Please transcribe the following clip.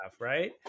right